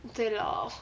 okay lor